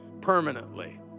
permanently